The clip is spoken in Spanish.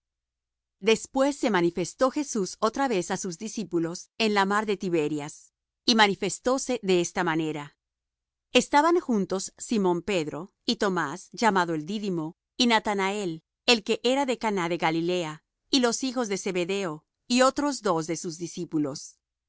después se manifestó jesús otra vez á sus discípulos en la mar de tiberias y manifestóse de esta manera estaban juntos simón pedro y tomás llamado al dídimo y natanael el que era de caná de galilea y los hijos de zebedeo y otros dos de sus discípulos